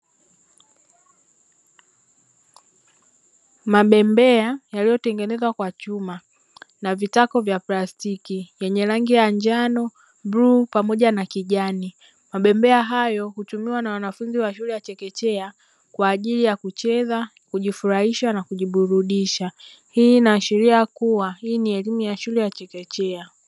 Mabembea yaliyotengenezwa kwa chuma na vitako vya plastiki, yenye rangi ya njano, bluu, pamoja na kijani. Mabembea hayo hutumiwa na wanafunzi wa shule ya chekechea, kwa ajili ya kucheza, kujifurahisha na kujiburudisha. Hii inaashiria kuwa, hii ni elimu ya shule ya chekechea.